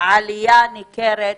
לעלייה ניכרת